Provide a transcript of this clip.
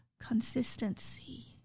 consistency